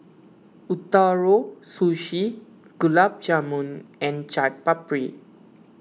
Ootoro Sushi Gulab Jamun and Chaat Papri